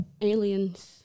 aliens